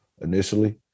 initially